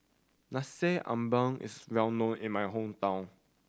Nasi Ambeng is well known in my hometown